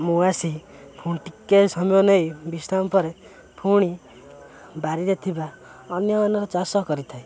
ମୁଁ ଆସି ପୁଣି ଟିକେ ସମୟ ନେଇ ବିଶ୍ରାମ ପରେ ପୁଣି ବାରିରେ ଥିବା ଅନ୍ୟମାନର ଚାଷ କରିଥାଏ